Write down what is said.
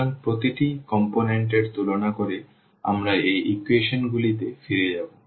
সুতরাং প্রতিটি উপাদান এর তুলনা করে আমরা এই ইকুয়েশনগুলিতে ফিরে যাব